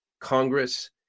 Congress